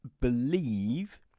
believe